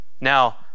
Now